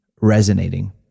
resonating